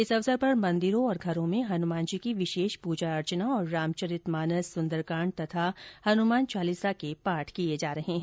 इस अवसर पर मंदिरों और घरों में हनुमान जी की विशेष प्रजा अर्चना और रामचरित मानस सुंदरकाण्ड तथा हनुमान चालीसा के पाठ किये जा रहे है